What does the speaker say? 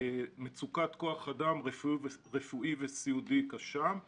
מצוקת כוח אדם רפואי וסיעודי קשה;